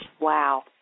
Wow